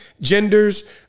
genders